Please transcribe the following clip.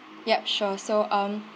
yup sure so um